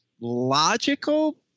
logical